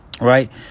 right